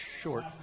short